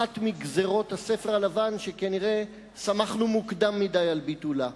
אחת מגזירות הספר הלבן שכנראה שמחנו מוקדם מדי על ביטולה.